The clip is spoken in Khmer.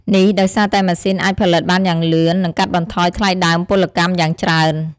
នេះដោយសារតែម៉ាស៊ីនអាចផលិតបានយ៉ាងលឿន និងកាត់បន្ថយថ្លៃដើមពលកម្មយ៉ាងច្រើន។